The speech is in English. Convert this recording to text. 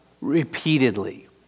repeatedly